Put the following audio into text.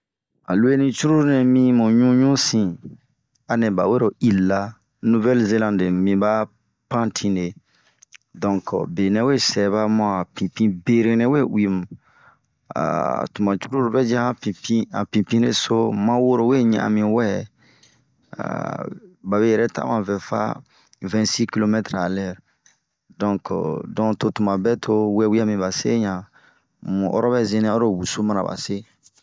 Han lueni cururu nɛmi han ɲuu ɲusin, anɛba wenlo il la, nuvɛle zelande miba pantinre. Donke be nɛwe sɛba bun a pinpiberia ,aahh tomacama ovɛyi ahan pinpinso ha ma woro we ɲan'anmi wɛɛ. Ehh babe yɛrɛ tama vɛɛ fa, vɛnsi kilomɛtere a lɛre, donke don to tomabɛ to wewia miba seɲa, mu ura be zeni lo wusu mana base.